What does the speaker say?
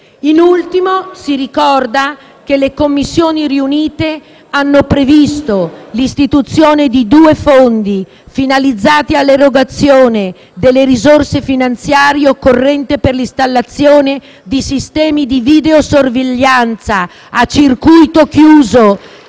Infine, si ricorda che le Commissioni riunite hanno previsto l'istituzione di due fondi finalizzati all'erogazione delle risorse finanziarie occorrenti per l'installazione di sistemi di videosorveglianza a circuito chiuso